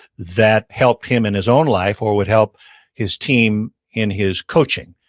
that helped him in his own life or would help his team in his coaching.